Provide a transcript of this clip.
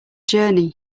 journey